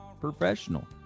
professional